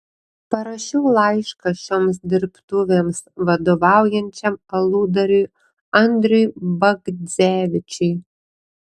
parašiau laišką šioms dirbtuvėms vadovaujančiam aludariui andriui bagdzevičiui